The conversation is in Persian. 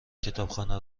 کتابخانه